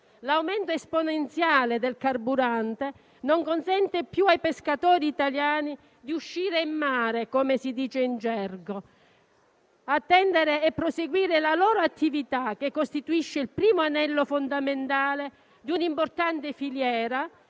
L'aumento esponenziale del carburante non consente più ai pescatori italiani di uscire in mare, come si dice in gergo, attendere e proseguire la loro attività che costituisce il primo anello fondamentale di un'importante filiera